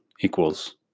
equals